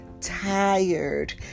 Tired